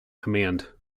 command